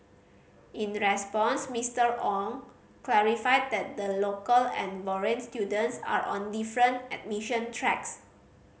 in response Mister Wong clarified that the local and foreign students are on different admission tracks